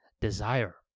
Desire